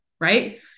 right